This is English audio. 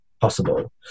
possible